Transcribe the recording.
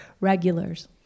regulars